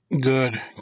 Good